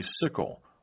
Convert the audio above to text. sickle